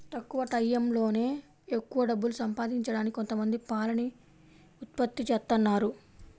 తక్కువ టైయ్యంలో ఎక్కవ డబ్బులు సంపాదించడానికి కొంతమంది పాలని ఉత్పత్తి జేత్తన్నారు